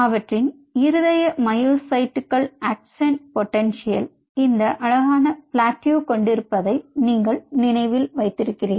அவற்றின் இருதய மயோசைட்டுகள் ஆக்ஷன் பொடென்ஷியல் இந்த அழகான பிளேட்யு கொண்டிருப்பதை நீங்கள் நினைவில் வைத்திருக்கிறீர்கள்